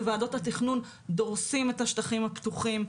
בוועדות התכנון דורסים את השטחים הפתוחים,